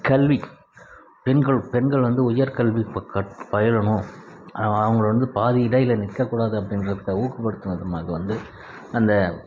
கல்வி பெண்கள் பெண்கள் வந்து உயர்க்கல்வி கட் பயிலணும் அ அவங்கள வந்து பாதியில் இது நிற்க கூடாது அப்படின்றத்துக்காக ஊக்கப்படும் விதமாக வந்து அந்த